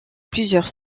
plusieurs